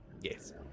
Yes